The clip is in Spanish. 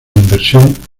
inversión